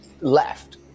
left